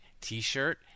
T-shirt